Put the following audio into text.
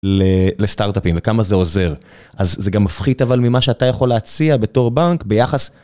לסטארט-אפים וכמה זה עוזר. אז זה גם מפחית אבל ממה שאתה יכול להציע בתור בנק ביחס...